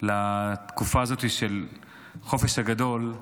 לתקופה הזאת של החופש הגדול,